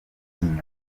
inyuma